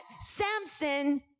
Samson